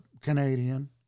Canadian